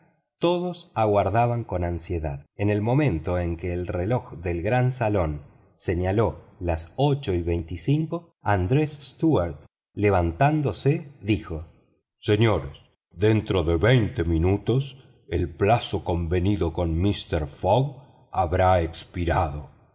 todos aguardaban con ansiedad en el momento en que el reloj del gran salón señaló las ocho y veinticinco andrés stuart levantándose dijo señores dentro de veinte minutos el plazo convenido con mister fogg habrá expirado